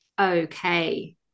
Okay